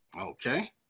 Okay